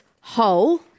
whole